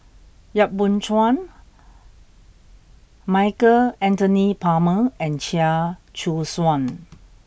Yap Boon Chuan Michael Anthony Palmer and Chia Choo Suan